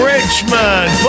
Richmond